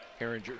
Herringer